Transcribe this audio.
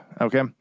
Okay